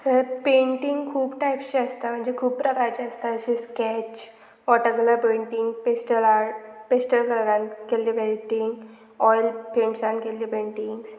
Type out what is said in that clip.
तर पेंटींग खूब टायपचे आसता म्हणजे खूब प्रकारचे आसता जशे sketch water colour painting pastel art pastel कलरान केल्ले पेंटींग ऑयल पेंट्सान केल्ले पेंटींग्स